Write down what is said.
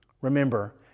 Remember